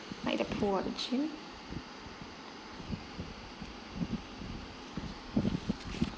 like the pool or gym